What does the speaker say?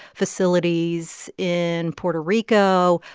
facilities in puerto rico.